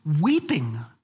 weeping